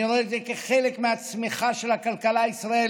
אני רואה את זה כחלק מהצמיחה של הכלכלה הישראלית,